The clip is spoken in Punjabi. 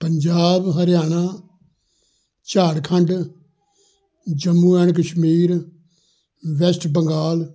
Punjab Haryana Jharkhand Jammu and Kashmir west Bengal